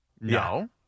No